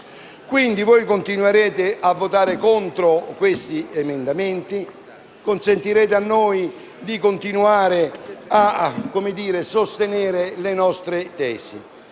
Voi continuerete a votare contro questi emendamenti, ma consentirete a noi di continuare a sostenere le nostre tesi.